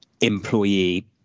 employee